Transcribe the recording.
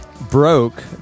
broke